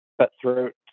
cutthroat